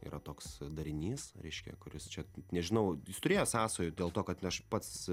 yra toks darinys reiškia kuris čia nežinau turėjo sąsajų dėl to kad aš pats